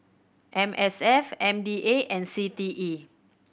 M S F M D A and C T E